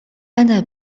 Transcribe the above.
أنا